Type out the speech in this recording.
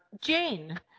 Jane